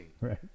right